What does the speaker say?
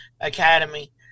academy